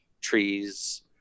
trees